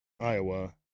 Iowa